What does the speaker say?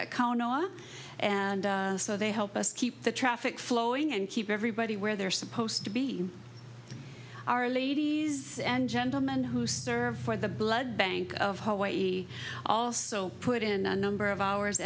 conemaugh and so they help us keep the traffic flowing and keep everybody where they're supposed to be our ladies and gentleman who served for the blood bank of hawaii also put in a number of hours